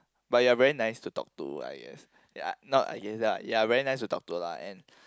but you are very nice to talk to lah yes ya no yes lah ya you are very nice to talk to lah and